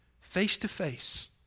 face-to-face